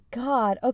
god